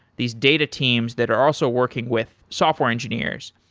these data teams that are also working with software engineers.